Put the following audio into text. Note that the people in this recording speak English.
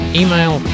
email